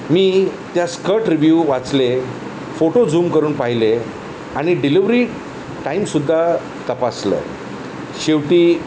मी त्या skirt review वाचले photo zoom करून पाहिले आणि डिलिव्हरी टाईमसुद्धा तपासलं शेवटी